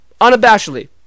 Unabashedly